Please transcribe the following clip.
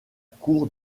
cour